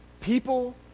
People